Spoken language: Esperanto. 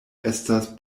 estas